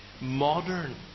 modern